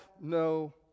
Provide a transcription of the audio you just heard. no